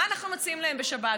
מה אנחנו מציעים להם בשבת?